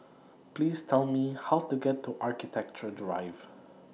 Please Tell Me How to get to Architecture Drive